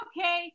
okay